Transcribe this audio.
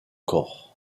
corps